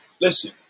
listen